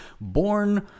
Born